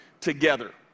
together